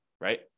right